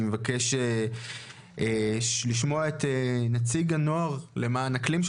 אני מבקש לשמוע את נציג הנוער למען אקלים,